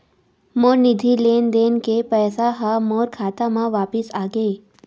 मोर निधि लेन देन के पैसा हा मोर खाता मा वापिस आ गे